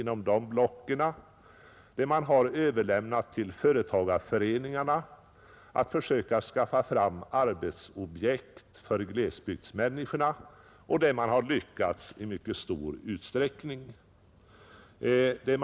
Det har överlämnats till företagarföreningarna att skaffa fram arbetsobjekt för befolkningen i glesbygderna, och detta har i mycket stor utsträckning lyckats.